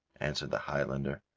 answered the highlander,